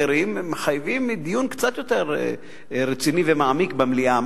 מחייבים דיון קצת יותר רציני ומעמיק במליאה.